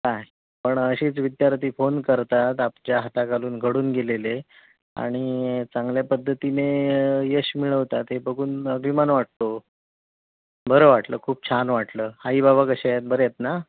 काय पण अशीच विद्यार्थी फोन करतात आपल्या हाताखालून घडून गेलेले आणि चांगल्या पद्धतीने यश मिळवतात हे बघून अभिमान वाटतो बरं वाटलं खूप छान वाटलं आई बाबा कसे आहेत बरे आहेत ना